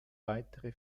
weitere